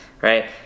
right